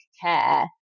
care